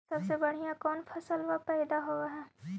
सबसे बढ़िया कौन फसलबा पइदबा होब हो?